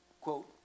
quote